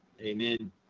Amen